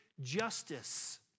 justice